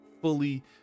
fully